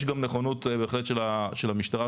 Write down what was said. יש גם נכונות בהחלט של המשטרה,